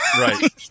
Right